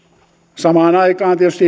samaan aikaan tietysti